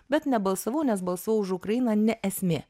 bet nebalsavau nes balsavau už ukrainą ne esmė